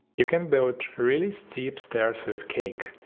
you can build really steep stairs with cake.